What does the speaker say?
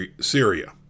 Syria